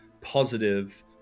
positive